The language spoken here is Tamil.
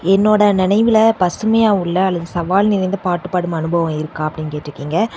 என்னோட நினைவில பசுமையாக உள்ள அல்லது சவால் நிறைந்த பாட்டு பாடும் அனுபவம் இருக்கா அப்படின்னு கேட்டிருக்கீங்க